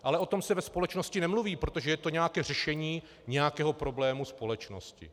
Ale o tom se ve společnosti nemluví, protože to je nějaké řešení nějakého problému společnosti.